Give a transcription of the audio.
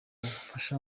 ubufasha